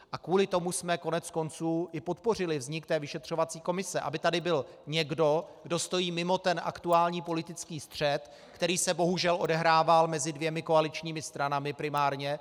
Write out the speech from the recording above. A kvůli tomu jsme koneckonců i podpořili vznik vyšetřovací komise, aby tady byl někdo, kdo stojí mimo ten aktuální politický střet, který se bohužel odehrával mezi dvěma koaličními stranami primárně.